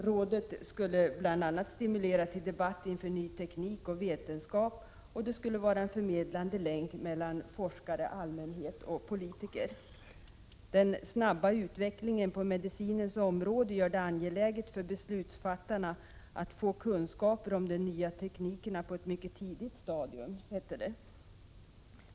Rådet skall bl.a. stimulera till debatt inför ny teknik och vetenskap, och det skall vara en förmedlande länk mellan forskare, allmänhet och politiker. Den snabba utvecklingen på medicinens område gör det angeläget för beslutsfattarna att få kunskaper om nya tekniker på ett mycket tidigt stadium, hette det.